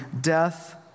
death